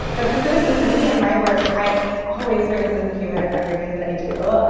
but specifically for me in my work, i always bring a sense of humor to everything that i do.